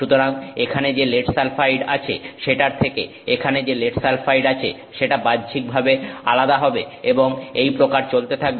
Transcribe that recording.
সুতরাং এখানে যে লেড সালফাইড আছে সেটার থেকে এখানে যে লেড সালফাইড আছে সেটা বাহ্যিকভাবে আলাদা হবে এবং এই প্রকার চলতে থাকবে